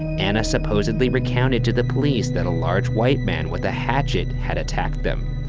anna supposedly recounted to the police that a large white man, with a hatchet, had attacked them.